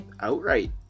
outright